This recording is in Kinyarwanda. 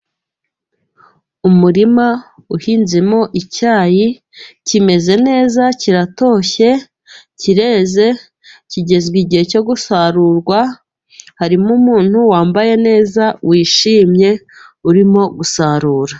Umurima uhinzemo icyayi， kimeze neza kiratoshye， kireze， kigezwe igihe cyo gusarurwa，harimo umuntu wambaye neza，wishimye urimo gusarura.